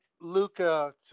Luca